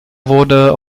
wurde